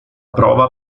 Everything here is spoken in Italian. prova